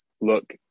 look